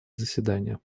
заседания